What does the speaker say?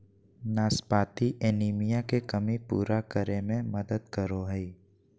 नाशपाती एनीमिया के कमी पूरा करै में मदद करो हइ